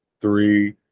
three